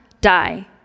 die